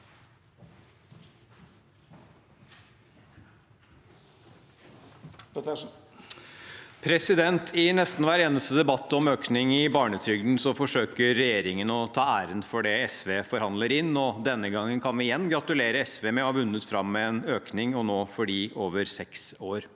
I nesten hver eneste debatt om økning i barnetrygden forsøker regjeringen å ta æren for det SV forhandler inn. Denne gangen kan vi igjen gratulere SV med å ha vunnet fram med en økning, og nå for dem over seks år.